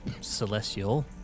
celestial